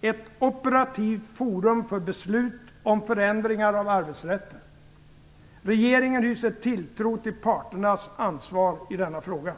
ett operativt forum för beslut om förändringar av arbetsrätten. Regeringen hyser tilltro till parternas ansvar i denna fråga.